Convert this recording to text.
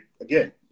again